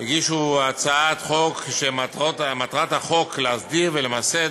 הגישו הצעת חוק, ומטרת הצעת החוק להסדיר ולמסד